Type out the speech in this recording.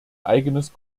eigenes